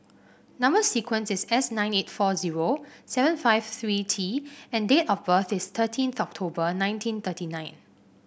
number sequence is S nine eight four zero seven five three T and date of birth is thirteenth October nineteen thirty nine